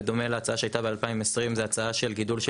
בדומה להצעה שהייתה ב-2020 זו הצעה של גידול של